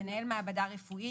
מנהל מעבדה רפואית,